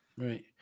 Right